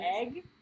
egg